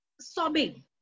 sobbing